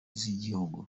z’igihugu